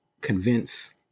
convince